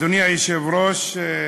אדוני היושב-ראש,